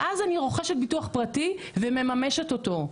ואז אני רוכשת ביטוח פרטי ומממשת אותו.